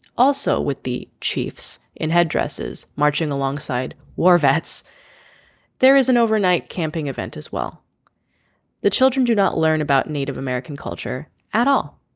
also with the chiefs in head dresses marching alongside war vets there is an overnight camping event as well the children do not learn about native american culture at all.